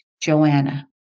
Joanna